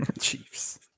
chiefs